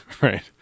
Right